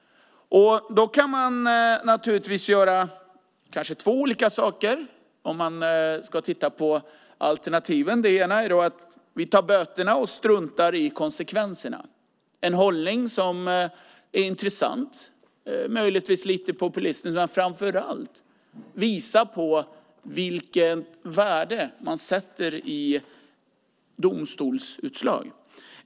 Man kan göra två olika saker. Ett alternativ är att vi tar böterna och struntar i konsekvenserna. Det är en intressant hållning, möjligen lite populistisk. Framför allt visar det vilket värde man sätter på domstolsutslag.